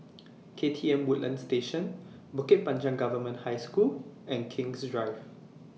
K T M Woodlands Station Bukit Panjang Government High School and King's Drive